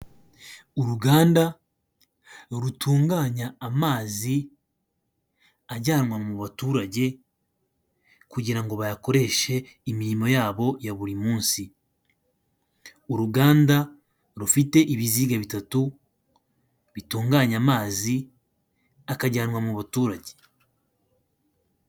Uruganda rutunganya amazi ajyanwa mu baturage kugira ngo bayakoreshe imirimo yabo ya buri munsi, uruganda rufite ibiziga bitatu bitunganya amazi akajyanwa mu baturage.